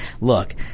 look